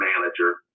manager